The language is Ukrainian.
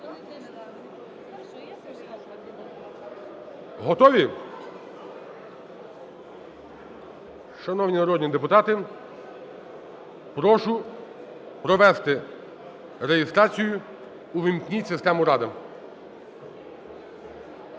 Готові? Шановні народні депутати, прошу провести реєстрацію. Увімкніть систему "Рада".